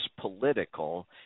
political